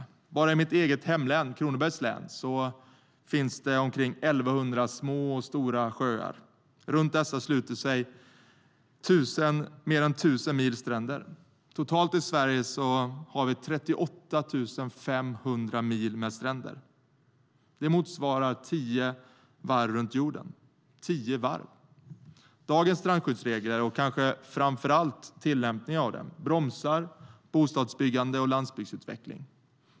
Dagens strandskyddsregler, och kanske framför allt tillämpningen av dem, bromsar bostadsbyggande och landsbygdsutveckling.